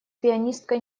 пианисткой